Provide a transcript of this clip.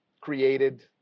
created